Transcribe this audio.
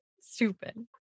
Stupid